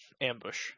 Ambush